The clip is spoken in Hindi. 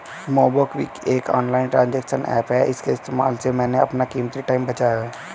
मोबिक्विक एक ऑनलाइन ट्रांजेक्शन एप्प है इसके इस्तेमाल से मैंने अपना कीमती टाइम बचाया है